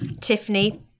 Tiffany